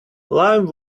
live